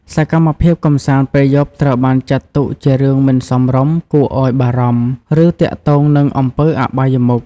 សកម្មភាពកម្សាន្តពេលយប់ត្រូវបានចាត់ទុកជារឿងមិនសមរម្យ គួរឱ្យបារម្ភ ឬទាក់ទងនឹងអំពើអបាយមុខ។